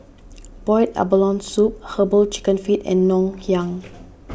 Boiled Abalone Soup Herbal Chicken Feet and Ngoh Hiang